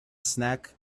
snack